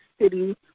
city